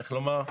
איך לומר,